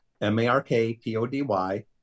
M-A-R-K-P-O-D-Y